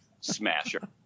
smasher